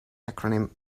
acronym